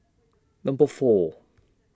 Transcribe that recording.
Number four